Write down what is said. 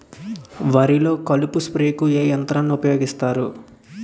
వరిలో కలుపు స్ప్రేకు ఏ యంత్రాన్ని ఊపాయోగిస్తారు?